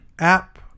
app